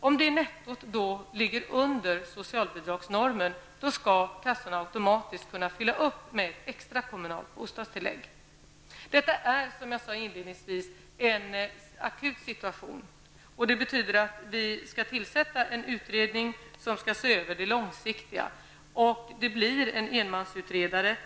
Om det nettot ligger under socialbidragsnormen skall kassorna automatiskt kunna fylla på med extra kommunalt bostadstillägg. Detta är, som jag sade inledningsvis, en akut situation. Det betyder att vi skall tillsätta en utredning som skall se över det långsiktiga. Det blir en enmansutredning.